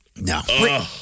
No